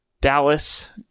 dallas